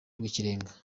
rw’ikirenga